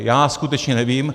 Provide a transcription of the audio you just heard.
Já skutečně nevím.